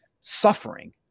suffering